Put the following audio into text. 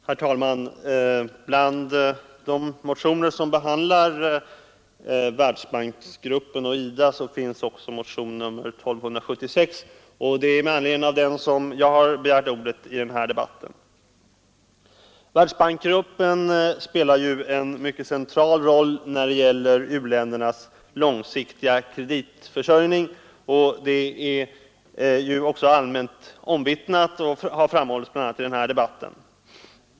Herr talman! Bland de motioner som behandlar Världsbanksgruppen och IDA finns också motionen 1276, och det är med anledning av den som jag har begärt ordet i denna debatt. Världsbanksgruppen spelar en mycket central roll när det gäller u-ländernas långsiktiga kreditförsörjning — det är allmänt omvittnat och har framhållits bl.a. i denna debatt.